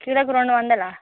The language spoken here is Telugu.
కిలోకు రెండు వందలు